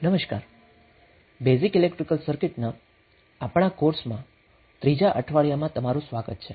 નમસ્કાર basic electrical circuit ના આપણા કોર્સ ના ત્રીજા અઠવાડિયામાં તમારું સ્વાગત છે